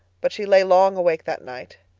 but she lay long awake that night,